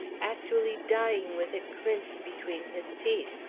actually dying with it clinched between his teeth?